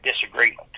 disagreement